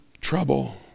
trouble